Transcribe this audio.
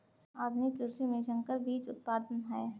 आधुनिक कृषि में संकर बीज उत्पादन प्रमुख है